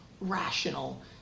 rational